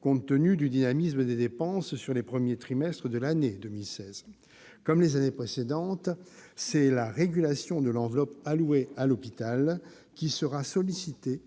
compte tenu du dynamisme des dépenses sur les premiers trimestres de cette même année. Comme les années précédentes, c'est la régulation de l'enveloppe allouée à l'hôpital qui sera sollicitée